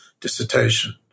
dissertation